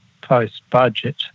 post-budget